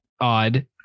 odd